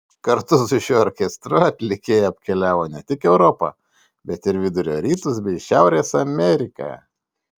kartu su šiuo orkestru atlikėja apkeliavo ne tik europą bet ir vidurio rytus bei šiaurės ameriką